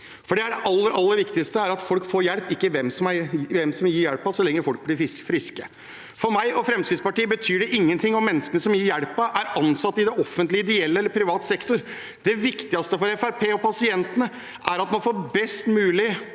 aller, aller viktigste er at folk får hjelp, ikke hvem som gir hjelpen, så lenge folk blir friske. For meg og Fremskrittspartiet betyr det ingenting om menneskene som gir hjelpen, er ansatt i det offentlige eller i ideell eller privat sektor. Det viktigste for Fremskrittspartiet og pasientene er at man får best mulig